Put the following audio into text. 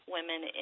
women